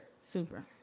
Super